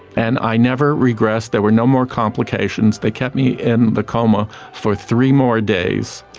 and i never regressed, there were no more complications. they kept me in the coma for three more days.